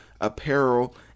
apparel